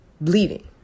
bleeding